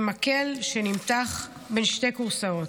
ממקל שנמתח בין שתי כורסאות.